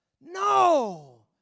No